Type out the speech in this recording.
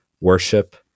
worship